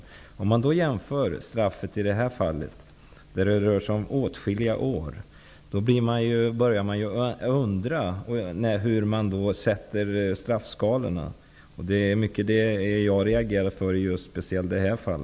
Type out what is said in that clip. Jämför man detta med straffet i det aktuella fallet, åtskilliga år, börjar man ju undra hur straffskalorna är konstruerade. Det har jag reagerat mot just i detta fall.